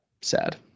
Sad